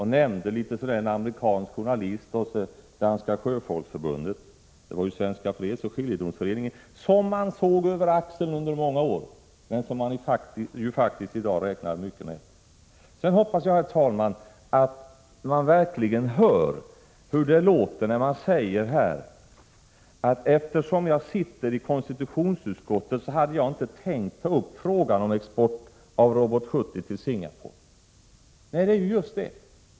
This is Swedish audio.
Hon nämnde en amerikansk journalist och Danska sjöfolksförbundet. Det var ju fråga om Svenska fredsoch skiljedomsföreningen, som man såg över axeln under många år men som man faktiskt i dag räknar mycket med. Sedan hoppas jag, herr talman, att man verkligen hör hur det låter när man här säger att ”eftersom jag sitter i konstitutionsutskottet hade jag inte tänkt ta upp frågan om export av Robot 70 till Singapore”.